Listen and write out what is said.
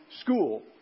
school